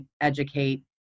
educate